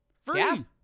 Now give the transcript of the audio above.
Free